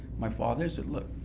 my father said, look,